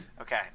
Okay